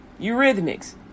eurythmics